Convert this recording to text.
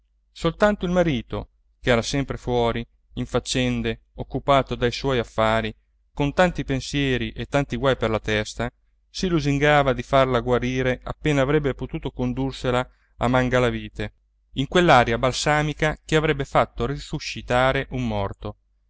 soltanto il marito ch'era sempre fuori in faccende occupato dai suoi affari con tanti pensieri e tanti guai per la testa si lusingava di farla guarire appena avrebbe potuto condursela a mangalavite in quell'aria balsamica che avrebbe fatto risuscitare un morto